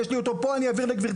יש לי אותו פה, אני אעביר לגבירתי.